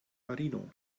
marino